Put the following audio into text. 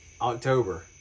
October